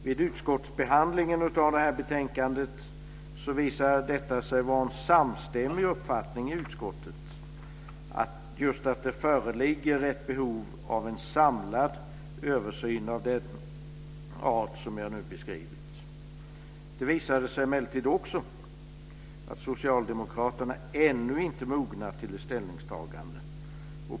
Vid utskottsbehandlingen av det här betänkandet visade det sig vara en samstämmig uppfattning i utskottet att det föreligger ett behov av en samlad översyn av allt det som jag nu har beskrivit. Det visade sig emellertid också att socialdemokraterna ännu inte är mogna för ett ställningstagande.